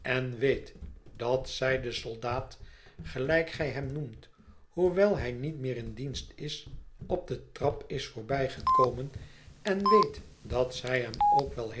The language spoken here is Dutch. en weet dat zij den soldaat gelijk gij hem noemt hoewel hij niet meer in dienst is op de trap is voorbijgekomen en weet dat zij hem ook wel